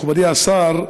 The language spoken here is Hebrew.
מכובדי השר,